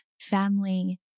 family